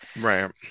right